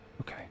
Okay